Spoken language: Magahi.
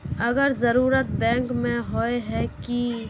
अगर जरूरत बैंक में होय है की?